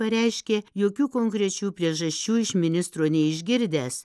pareiškė jokių konkrečių priežasčių iš ministro neišgirdęs